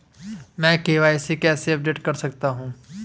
मैं के.वाई.सी कैसे अपडेट कर सकता हूं?